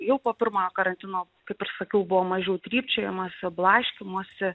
jau po pirmojo karantino kaip ir sakiau buvo mažiau trypčiojimosi blaškymosi